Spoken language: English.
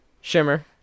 Shimmer